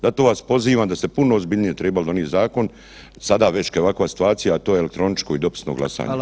Zato vas pozivam da ste puno ozbiljnije tribali donijeti zakon, sada već kada je ovakva situacija, a to je elektroničko i dopisno glasovanje.